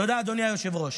תודה, אדוני היושב-ראש.